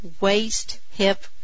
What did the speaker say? waist-hip